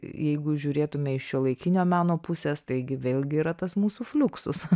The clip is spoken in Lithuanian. jeigu žiūrėtume iš šiuolaikinio meno pusės taigi vėlgi yra tas mūsų fliuksus